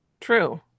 True